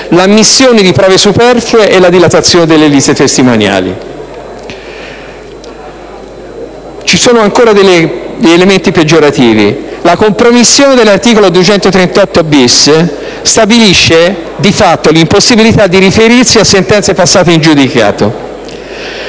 l'ammissione di prove superflue e la dilatazione delle liste testimoniali. Ci sono ancora degli elementi peggiorativi: la compromissione dell'articolo 238-*bis* stabilisce di fatto l'impossibilità di riferirsi a sentenze passate in giudicato;